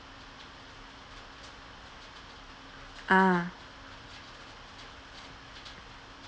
ah